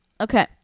Okay